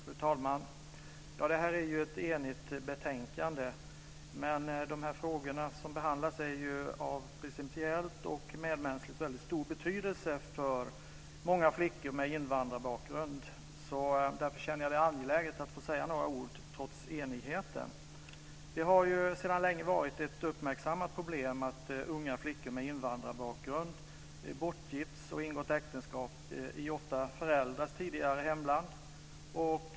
Fru talman! Det här är ett enigt betänkande, men de frågor som behandlas är ju av principiellt och medmänskligt väldigt stor betydelse för många flickor med invandrarbakgrund. Därför känner jag det angeläget att få säga några ord trots enigheten. Det har sedan länge varit ett uppmärksammat problem att unga flickor med invandrarbakgrund gifts bort och ingått äktenskap, ofta i föräldrars tidigare hemland.